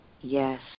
Yes